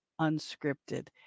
unscripted